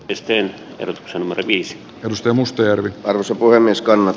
esteen pudotuksen viisi plus ja mustajärvi on osa puhemies kannat